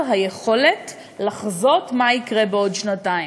היכולת לחזות מה יקרה בעוד שנתיים.